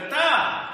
כתב,